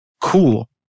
cool